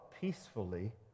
peacefully